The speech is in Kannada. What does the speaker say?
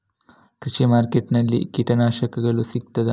ಕೃಷಿಮಾರ್ಕೆಟ್ ನಲ್ಲಿ ಕೀಟನಾಶಕಗಳು ಸಿಗ್ತದಾ?